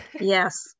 yes